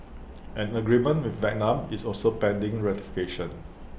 an agreement with Vietnam is also pending ratification